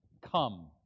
Come